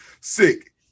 sick